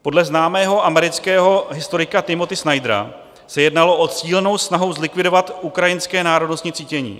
Podle známého amerického historika Timothyho Snydera se jednalo o cílenou snahu zlikvidovat ukrajinské národnostní cítění.